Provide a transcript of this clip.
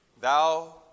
Thou